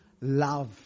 love